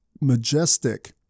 majestic